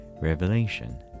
Revelation